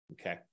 okay